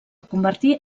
convertir